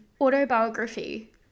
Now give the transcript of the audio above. autobiography